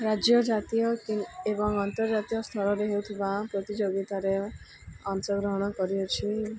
ରାଜ୍ୟ ଜାତୀୟ ଏବଂ ଅନ୍ତର୍ଜାତୀୟସ୍ତରରେ ହେଉଥିବା ପ୍ରତିଯୋଗିତାରେ ଅଂଶଗ୍ରହଣ କରିଅଛି